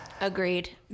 Agreed